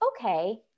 okay